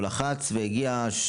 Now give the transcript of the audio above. הוא לחץ והוא הגיע,